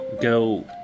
go